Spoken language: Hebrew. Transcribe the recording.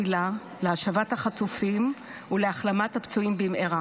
הכספים לצורך הכנתה לקריאה הראשונה.